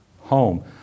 home